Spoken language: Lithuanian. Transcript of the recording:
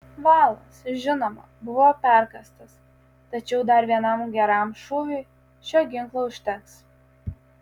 valas žinoma buvo perkąstas tačiau dar vienam geram šūviui šio ginklo užteks